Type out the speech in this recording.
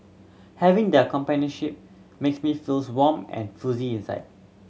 having their companionship makes me feels warm and fuzzy inside